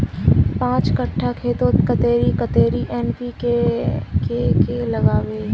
पाँच कट्ठा खेतोत कतेरी कतेरी एन.पी.के के लागबे?